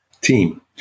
team